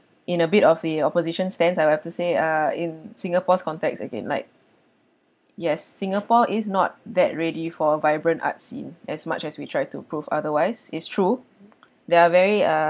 in a bit of the opposition stance I'll have to say uh in singapore's context again like yes singapore is not that ready for a vibrant arts scene as much as we try to prove otherwise is true there are very uh